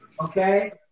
okay